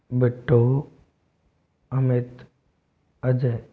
Bittu Amit Ajay